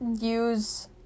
use